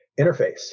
interface